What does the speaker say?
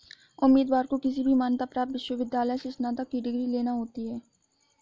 उम्मीदवार को किसी भी मान्यता प्राप्त विश्वविद्यालय से स्नातक की डिग्री लेना होती है